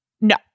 No